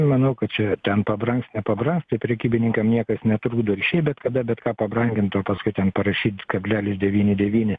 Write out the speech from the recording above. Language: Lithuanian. manau kad čia ten pabrangs nepabrangs tai prekybininkam niekas netrukdo ir šiaip bet kada bet ką pabrangint o paskui ten parašyt kablelis devyni devyni